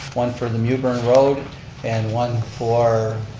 one for the mewburn road and one for,